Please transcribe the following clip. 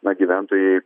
na gyventojai